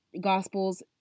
gospels